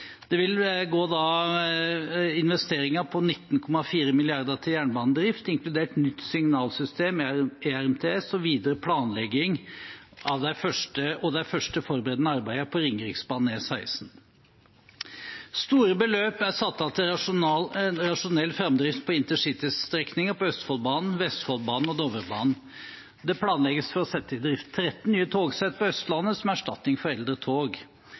Det vil da være investeringer på 19,4 mrd. kr til jernbanedrift, inkludert nytt signalsystem, ERMTS, og videre planlegging av og de første forberedende arbeidene på fellesprosjektet Ringeriksbanen og E16. Store beløp er satt av til rasjonell framdrift på intercitystrekninger på Østfoldbanen, Vestfoldbanen og Dovrebanen. Det planlegges for å sette i drift 13 nye togsett på Østlandet som erstatning for eldre tog.